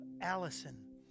Allison